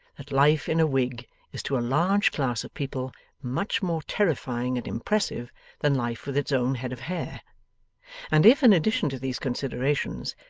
that life in a wig is to a large class of people much more terrifying and impressive than life with its own head of hair and if, in addition to these considerations,